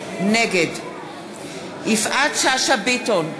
נגד יפעת שאשא ביטון,